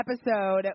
episode